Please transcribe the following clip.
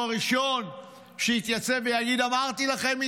הוא הראשון שיתייצב ויגיד: אמרתי לכם,